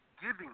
giving